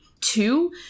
Two